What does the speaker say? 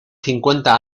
cincuenta